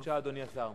אדוני, תודה.